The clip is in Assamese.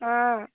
অঁ